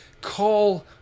call